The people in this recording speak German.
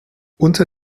unter